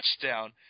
touchdown